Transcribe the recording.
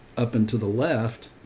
up until the left?